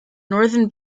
northern